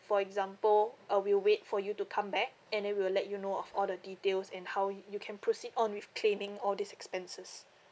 for example uh we will wait for you to come back and then we will let you know of all the details and how y~ you can proceed on with claiming all these expenses